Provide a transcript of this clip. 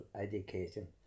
education